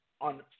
on